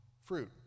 fruit